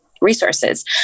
resources